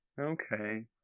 Okay